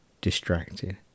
distracted